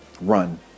run